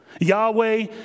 Yahweh